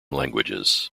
languages